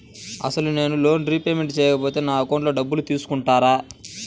అసలు నేనూ loan repayment చేయకపోతే నా అకౌంట్లో డబ్బులు తీసుకుంటారా?